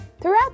Throughout